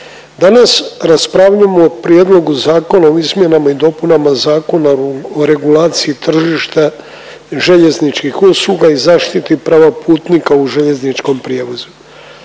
Danas raspravljamo o Prijedlogu Zakona o izmjenama i dopunama Zakona o regulaciji tržišta željezničkih usluga i zaštiti prava putnika u željezničkom prijevozu.